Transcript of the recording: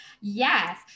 Yes